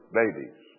babies